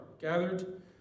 gathered